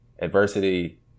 Adversity